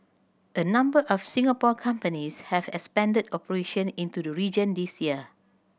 a number of Singapore companies have expanded operation into the region this year